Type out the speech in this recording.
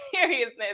seriousness